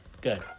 Good